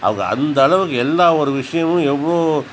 அவங்க அந்த அளவுக்கு எல்லா ஒரு விஷயமும் எவ்வளோ